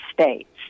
States